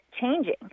changing